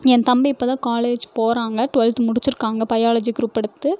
என் தம்பி இப்போ தான் காலேஜ் போகிறாங்க ட்வல்த் முடிச்சிருக்காங்க பயாலஜி க்ரூப் எடுத்து